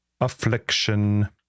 affliction